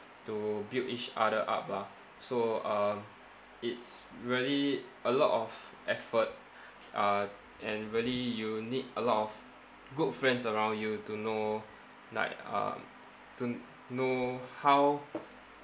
to build each other up lah so uh it's really a lot of effort uh and really you need a lot of good friends around you to know like um to know how